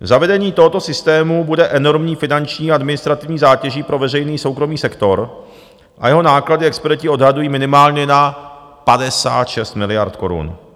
Zavedení tohoto systému bude enormní finanční a administrativní zátěží pro veřejný i soukromý sektor a jeho náklady experti odhadují minimálně na 56 miliard korun.